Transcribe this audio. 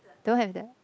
don't have the